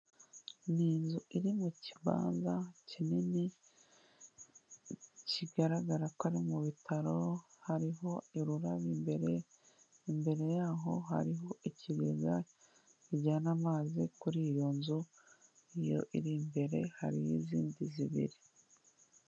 Ni inzu iri mu kibanza kinini, kigaragara ko ari mu bitaro, hariho ururabo imbere, imbere yaho hariho ikiriza kijyana amazi kuri iyo nzu iyo iri imbere, hari n'izindi zibiri.